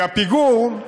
כי הפיגור,